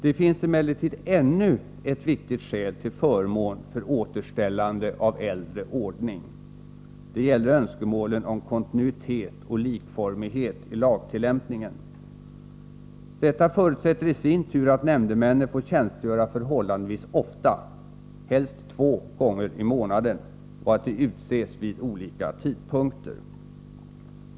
Det finns emellertid ännu ett viktigt skäl till förmån för återställande av äldre ordning. Det gäller önskemålen om kontinuitet och likformighet i lagtillämpningen. Detta förutsätter i sin tur att nämndemännen får tjänstgöra förhållandevis ofta, helst två gånger i månaden, och att de utses vid olika tidpunkter.